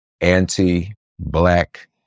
anti-Black